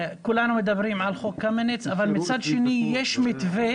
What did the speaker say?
כולנו מדברים על חוק קמיניץ אבל מצד שני יש מתווה